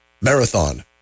Marathon